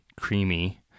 creamy